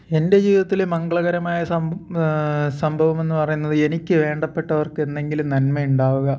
എൻ്റെ ജീവിതത്തിലെ മംഗളകരമായ സംഭവം സംഭവമെന്ന് പറയുന്നത് എനിക്ക് വേണ്ടപ്പെട്ടവർക്ക് എന്തെങ്കിലും നന്മ ഉണ്ടാവുക